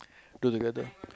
do together